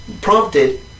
prompted